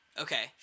Okay